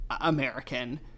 American